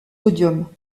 podiums